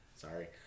Sorry